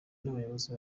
n’abayobozi